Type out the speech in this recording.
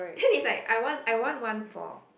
thing is like I want I want one for